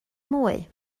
mwy